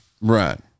Right